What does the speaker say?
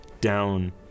down